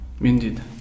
indeed